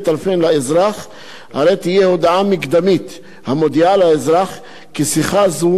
תהיה הודעה מקדמית המודיעה לאזרח כי שיחה זו היא מבית-סוהר פלוני,